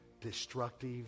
destructive